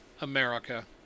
America